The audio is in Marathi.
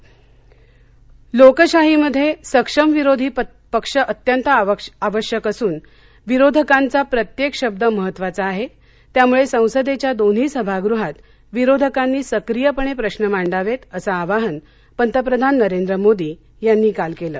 संसद अधिवेशन लोकशाहीमध्ये सक्षम विरोधी पक्ष अत्यंत आवश्यक असून विरोधकांचा प्रत्येक शब्द महत्त्वाचा आहे त्यामुळे संसदेच्या दोन्ही सभागृहात विरोधकांनी सक्रीयपणे प्रश्न मांडावेत असं आवाहन पंतप्रधान नरेंद्र मोदी यांनी काल केलं